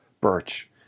Birch